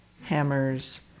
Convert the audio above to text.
hammers